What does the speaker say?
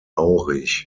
aurich